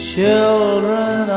Children